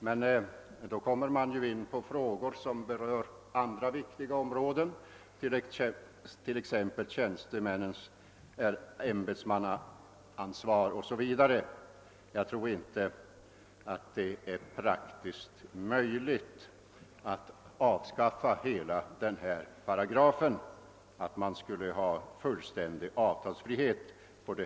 Men då kommer man in på frågor som berör andra viktiga områden, t.ex. tjänstemännens ämbetsmannaansvar. Jag tror inte att det är praktiskt möjligt att avskaffa hela denna paragraf och införa fullständig avtalsfrihet.